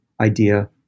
idea